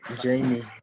jamie